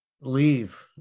leave